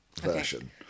version